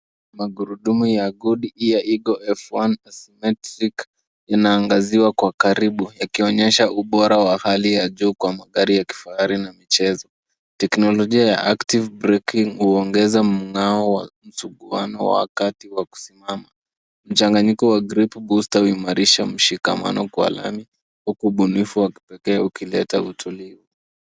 Magurudumu ya GoodYear Eagle F1 Cemetric inaangaziwa kwa karibu, yakionyesha ubora wa hali ya juu kwa magari ya kifahari na michezo. Teknolojia ya active braking huongeza mng'ao wa msuguano wa kati wa kusimama. Mchanganyiko wa grape booster huimarisha mshikamano kwa lami, huku ubunifu wa kipekee ukileta utulivu.